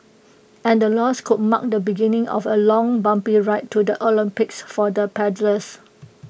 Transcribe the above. and the loss could mark the beginning of A long bumpy ride to the Olympics for the paddlers